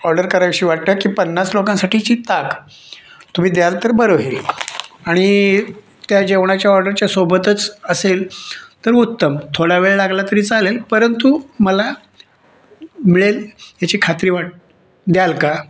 order करावीशी वाटते की पन्नास लोकांसाठीची ताक तुम्ही द्याल तर बरं होईल आणि त्या जेवणाच्या ऑर्डरच्या सोबतच असेल तर उत्तम थोडा वेळ लागला तरी चालेल परंतु मला मिळेल याची खात्री वाट द्याल का